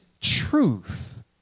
truth